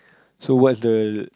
so what's the